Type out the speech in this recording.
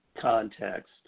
context